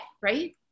right